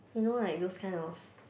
you know like those kind of